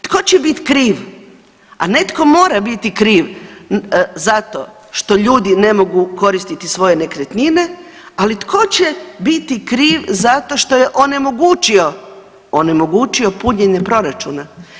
Tko će biti kriv, a netko mora biti kriv za to što ljudi ne mogu koristiti svoje nekretnine, ali tko će biti kriv zato što je onemogućio, onemogućio punjenje proračuna?